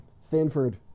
Stanford